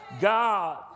God